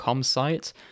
site